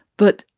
but,